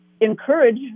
encourage